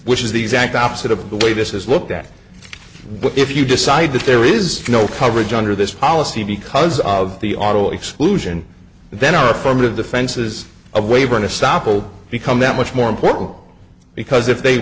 which is the exact opposite of the way this is looked at but if you decide that there is no coverage under this policy because of the auto exclusion then are affirmative defenses of weyburn asop will become that much more important because if they